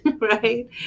right